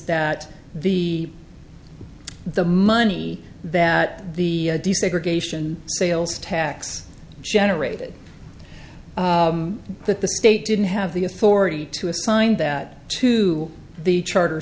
that the the money that the desegregation sales tax generated that the state didn't have the authority to assign that to the charter